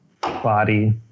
body